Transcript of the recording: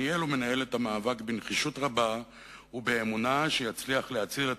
שניהל ומנהל את המאבק בנחישות רבה ובאמונה שיצליח להציל את